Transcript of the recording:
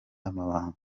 amabanga